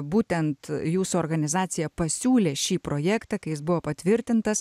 būtent jūsų organizacija pasiūlė šį projektą kai jis buvo patvirtintas